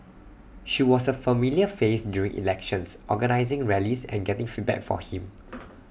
she was A familiar face during elections organising rallies and getting feedback for him